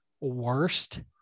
worst